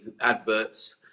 adverts